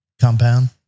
Compound